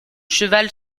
cheval